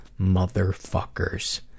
motherfuckers